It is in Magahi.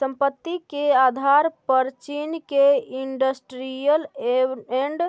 संपत्ति के आधार पर चीन के इन्डस्ट्रीअल एण्ड